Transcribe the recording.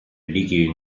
líquido